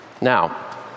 Now